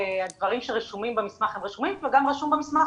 הדברים שרשומים במסמך הם רשומים וגם רשום במסמך